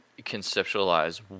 conceptualize